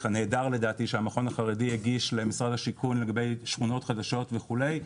הנהדר לדעתי שהמכון החרדי הגיש למשרד השיכון לגבי שכונות חדשות וכולי.